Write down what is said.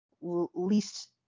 least